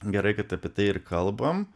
gerai kad apie tai ir kalbam